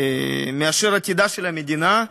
מעתידה של המדינה?